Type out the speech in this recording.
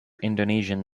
indonesian